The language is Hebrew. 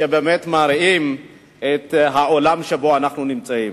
שבאמת מראים את העולם שבו אנחנו נמצאים.